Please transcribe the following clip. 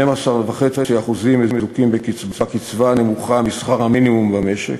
12.5% מזוכים בקצבה הנמוכה משכר המינימום במשק,